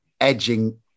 edging